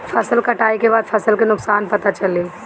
फसल कटाई के बाद फसल के नुकसान पता चली